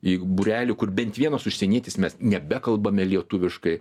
į būrelį kur bent vienas užsienietis mes nebekalbame lietuviškai